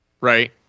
right